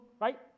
right